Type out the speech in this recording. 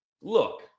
look